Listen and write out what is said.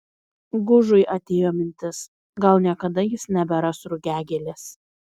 gužui atėjo mintis gal niekada jis neberas rugiagėlės